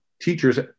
Teachers